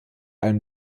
allem